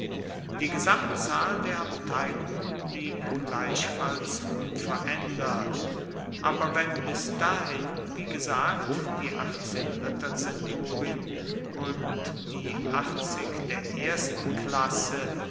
die gesamtzahl der abteilungen blieb gleichfalls unveraendert aber wenn bis dahin wie gesagt die achtzehn ritterzenturien und die der ersten klasse